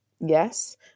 yes